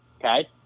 Okay